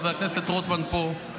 חבר הכנסת רוטמן פה,